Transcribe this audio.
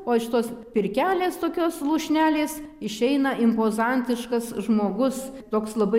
o iš tos pirkelės tokios lūšnelės išeina impozantiškas žmogus toks labai